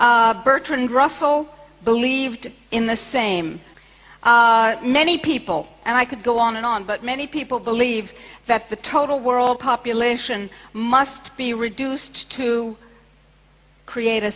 bertrand russell believed in the same many people and i could go on and on but many people believe that the total world population must be reduced to create a